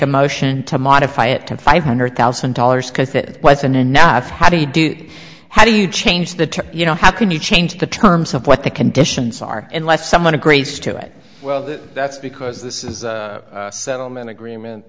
a motion to modify it to five hundred thousand dollars because that wasn't enough how do you how do you change the you know how can you change the terms of what the conditions are unless someone agrees to it well that's because this is a settlement agreement